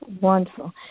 Wonderful